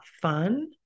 fun